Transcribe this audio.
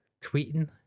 tweeting